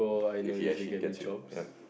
if he or she gets you ya